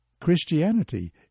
Christianity